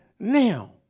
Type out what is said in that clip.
Now